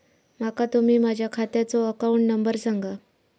माका तुम्ही माझ्या खात्याचो अकाउंट नंबर सांगा?